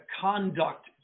conduct